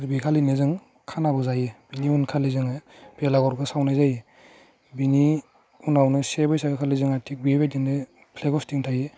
बे खालिनो जों खानाबो जायो बिनि उन खालि जोङो बेलागुरबो सावनाय जायो बेनि उनावनो से बैसागो खालि जोङो थिग बेबायदिनो फ्लेग हसटिं थायो